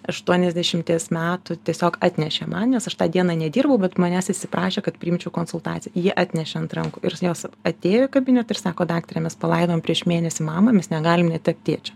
aštuoniasdešimties metų tiesiog atnešė man nes aš tą dieną nedirbau bet manęs išsiprašė kad priimčiau konsultaciją jį atnešė ant rankų ir jos atėjo į kabinetą ir sako daktare mes palaidojom prieš mėnesį mamą mes negalim netekt tėčio